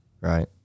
right